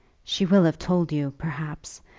she will have told you, perhaps,